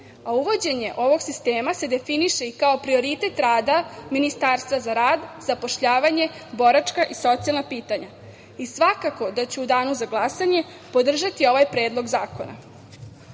Uvođenje ovog sistema se definiše i kao prioritet rada Ministarstva za rad, zapošljavanje, boračka i socijalna pitanja. Svakako da ću u danu za glasanje podržati ovaj predlog zakona. Ono